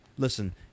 Listen